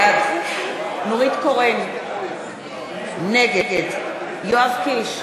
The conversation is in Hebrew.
בעד נורית קורן, נגד יואב קיש,